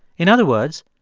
in other words,